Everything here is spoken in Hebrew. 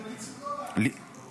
הם המליצו לא להכניס אותו.